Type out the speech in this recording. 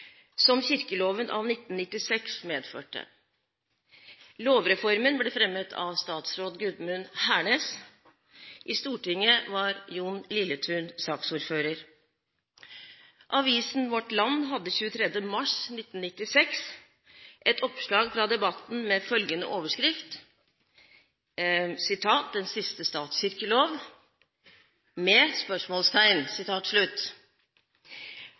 som kirkeloven av 1996 medførte. Lovreformen ble fremmet av statsråd Gudmund Hernes, i Stortinget var Jon Lilletun saksordfører. Avisen Vårt Land hadde 23. mars 1996 et oppslag fra debatten med følgende overskrift: «Den siste statskirkelov?» – med spørsmålstegn.